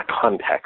context